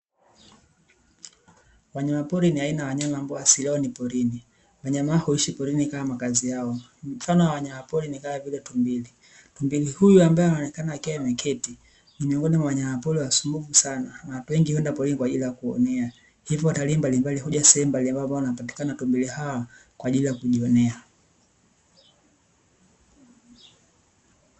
Wanyama pori ni aina ya wanyama ambao asili yao ni porini. Wanyama hawa huishi porini kama makazi yao. Mfano wa wanyama pori ni kama vile tumbili. Tumbili huyu, ambaye anaonekana akiwa ameketi, ni miongoni mwa wanyama pori ambao ni wasumbufu sana. Watu wengi huenda porini kwa ajili ya kujionea, hivyo watalii mbalimbali huja sehemu mbalimbali ambapo wanapatikana tumbili hawa kwa ajili ya kujionea.